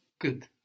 Good